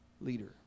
leader